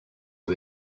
for